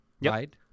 right